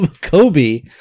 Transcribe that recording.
Kobe